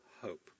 hope